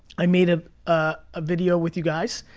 i made a ah ah video with you guys,